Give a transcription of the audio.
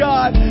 God